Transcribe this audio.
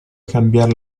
cambiar